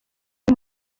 iri